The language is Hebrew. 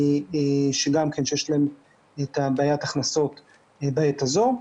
שיש להן בעיות הכנסות בעת הזו.